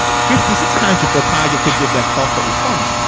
fifty six time before target could give their copper response.